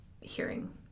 hearing